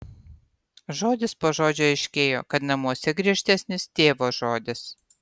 žodis po žodžio aiškėjo kad namuose griežtesnis tėvo žodis